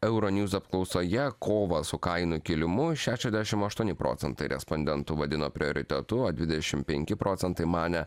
euro news apklausoje kovą su kainų kėlimu šešiasdešim aštuoni procentai respondentų vadino prioritetu o dvidešim penki procentai manė